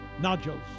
nodules